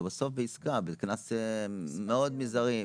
ובסוף בעסקה בקנס מאוד מזערי,